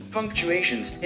Punctuations